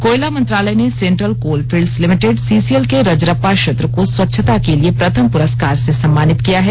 कोयला मंत्रालय ने सेंट्रल कोलफील्ड्स लिमिटेड सीसीएल के रजरप्पा क्षेत्र को स्वच्छता के लिए प्रथम पुरस्कार से सम्मानित किया है